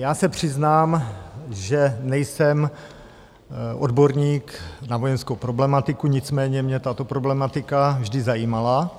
Já se přiznám, že nejsem odborník na vojenskou problematiku, nicméně mě tato problematika vždy zajímala.